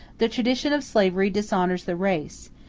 the tradition of slavery dishonors the race,